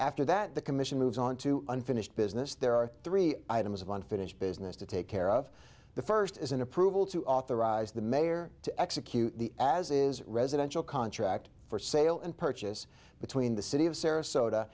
after that the commission moves on to unfinished business there are three items of unfinished business to take care of the first is an approval to authorize the mayor to execute the as is residential contract for sale and purchase between the city of sarasota